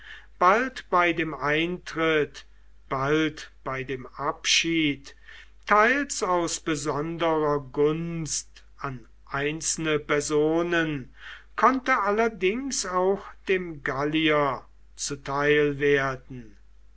bald bei dem eintritt bald bei dem abschied teils aus besonderer gunst an einzelne personen konnte allerdings auch dem gallier zuteil werden